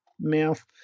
mouth